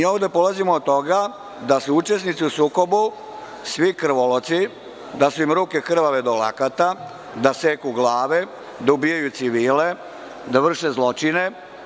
Ovde polazimo od toga da su učesnici u sukobu svi krivolovci, da su im ruke krvave do lakata, da seku glave, da ubijaju civile, da vrše zločine.